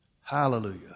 Hallelujah